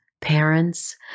parents